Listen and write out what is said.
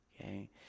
Okay